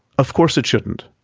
of course it shouldn't.